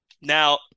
Now